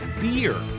beer